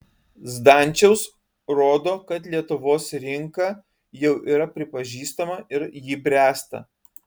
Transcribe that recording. zdančiaus rodo kad lietuvos rinka jau yra pripažįstama ir ji bręsta